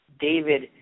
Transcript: David